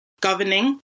governing